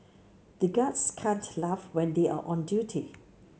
the guards can't laugh when they are on duty